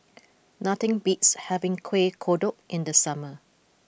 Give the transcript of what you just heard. nothing beats having Kueh Kodok in the summer